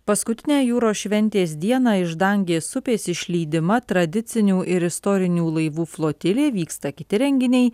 paskutinę jūros šventės dieną iš dangės upės išlydima tradicinių ir istorinių laivų flotilė vyksta kiti renginiai